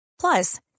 Plus